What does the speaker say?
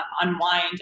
unwind